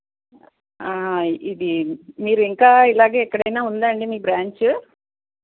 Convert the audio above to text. ఇది మీరు ఇంకా ఇలాగే ఎక్కడైనా ఉందా అండి మీ బ్రాంచ్